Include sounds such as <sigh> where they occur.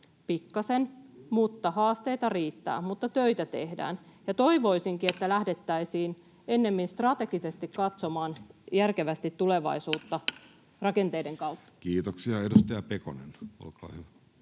pikkasen. Haasteita riittää, mutta töitä tehdään. Toivoisinkin, että <noise> lähdettäisiin ennemmin strategisesti katsomaan järkevästi tulevaisuutta rakenteiden kautta. Kiitoksia. — Edustaja Pekonen, olkaa hyvä.